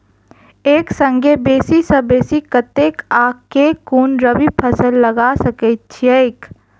एक संगे बेसी सऽ बेसी कतेक आ केँ कुन रबी फसल लगा सकै छियैक?